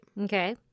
Okay